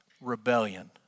rebellion